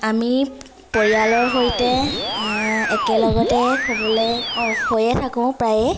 আমি পৰিয়ালৰ সৈতে একেলগতে হ'বলৈ অঁ হৈয়ে থাকোঁ প্ৰায়ে